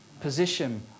Position